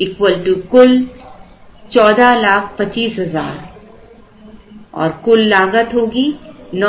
150 कुल 14 लाख 25 हजार और कुल लागत 970000